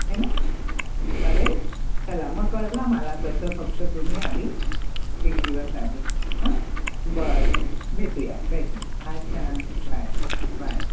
है ना चालेल चला मग कळवा मला तसं फक्त तुम्ही आधी एक दिवस आधी हं बरं बरं भेटूया भेटूया अच्छा बाय बाय बाय